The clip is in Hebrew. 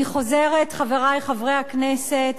אני חוזרת, חברי חברי הכנסת: